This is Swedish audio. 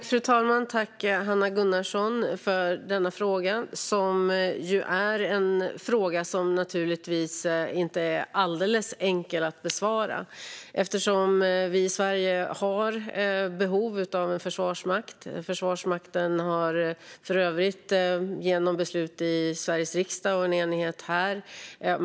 Fru talman! Tack, Hanna Gunnarsson, för denna fråga som naturligtvis inte är alldeles enkel att besvara! Sverige har behov av en försvarsmakt, och Försvarsmakten har eniga beslut i Sveriges riksdag bakom sig.